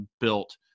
built